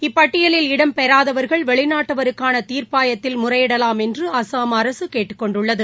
இப்பட்டியலில் இடம்பெறாதவர்கள் வெளிநாட்டவருக்கான தீர்ப்பாயத்தில் முறையிடலாம் என்று அஸ்ஸாம் அரசு கேட்டுக் கொண்டுள்ளது